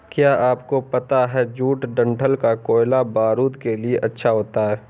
क्या आपको पता है जूट डंठल का कोयला बारूद के लिए अच्छा होता है